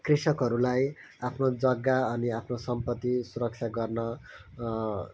कृषकहरूलाई आफ्नो जग्गा अनि आफ्नो सम्पत्ति सुरक्षा गर्न